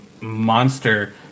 monster